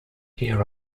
here